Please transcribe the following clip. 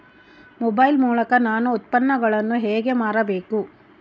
Mobile ಮೂಲಕ ನಾನು ಉತ್ಪನ್ನಗಳನ್ನು ಹೇಗೆ ಮಾರಬೇಕು?